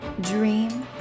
dream